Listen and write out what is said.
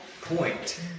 point